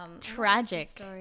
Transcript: tragic